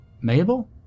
Mabel